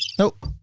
nope